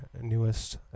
newest